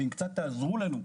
ואם קצת תעזרו לנו,